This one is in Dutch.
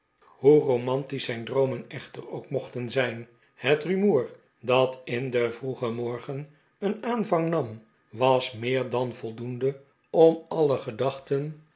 hoe romantisch zijn droomen echter ook mochten zijn het rumoer dat in den vroegen morgen een aanvang nam was meer dan voldoende om alle gedachten